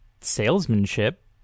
salesmanship